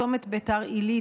צומת ביתר עילית,